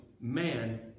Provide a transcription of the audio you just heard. man